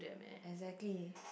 exactly